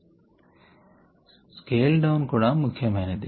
scale down కూడా ముఖ్యమైనది